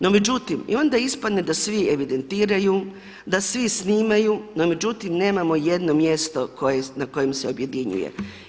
No međutim, i onda ispadne da svi evidentiraju, da svi snimaju, no međutim nemamo jedno mjesto na kojem se objedinjuje.